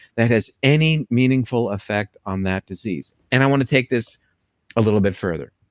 that has any meaningful effect on that disease and i want to take this a little bit further.